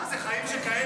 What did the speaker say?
מה זה, חיים שכאלה?